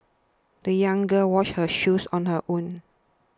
the young girl washed her shoes on her own